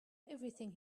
everything